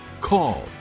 call